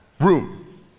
room